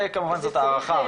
כמובן זאת הערכה.